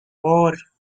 four